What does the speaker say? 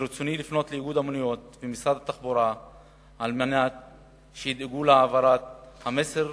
ברצוני לפנות אל איגוד המוניות ואל משרד התחבורה שידאגו להעברת המסר